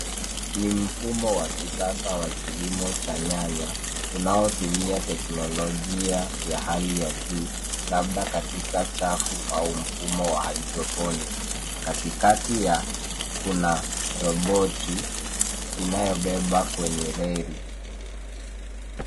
Ni mfumo wa kisasa wa kilimo cha nyanya unaotumia teknolojia ya hali ya juu labda katika chafu au mfumo wa haidroponiki. Katikati ya mimea kuna robot inayobeba kwenye reli.